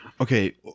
Okay